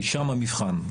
כי שם המבחן.